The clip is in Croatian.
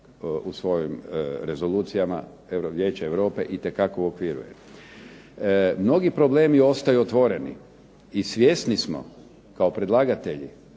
u svojim rezolucijama, Vijeće Europe, itekako uokviruje. Mnogi problemi ostaju otvoreni i svjesni smo kao predlagatelji